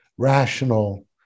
rational